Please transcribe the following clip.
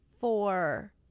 four